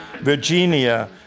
Virginia